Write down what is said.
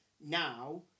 now